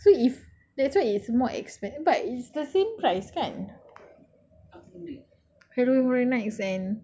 but the thing so if that's why it's more expensive but it's the same price kan